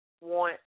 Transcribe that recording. want